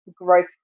growth